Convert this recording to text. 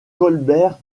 colbert